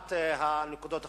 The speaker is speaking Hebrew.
פתיחת הנקודות החדשות,